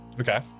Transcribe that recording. Okay